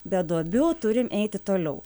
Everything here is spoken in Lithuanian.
be duobių turim eiti toliau